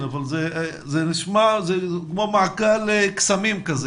זה נשמע כמו מעגל קסמים כזה